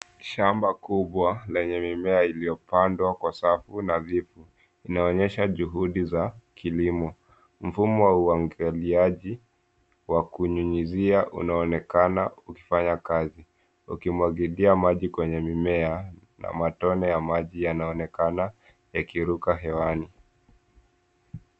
Shamba kubwa lenye mimea iliyopandwa kwa safu nadhifu, inaonyesha juhudi za kilimo, mfumo wa umwagiliaji wa kunyunyuzia unaonekana ukifanya kazi ukimwagilia maji kwenye mimea na matone ya maji yanaonekana yakiruka hewani.